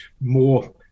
more